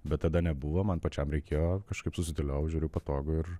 bet tada nebuvo man pačiam reikėjo kažkaip susidėliojau žiūriu patogu ir